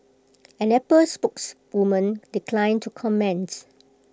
an Apple spokeswoman declined to comments